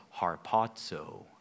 harpazo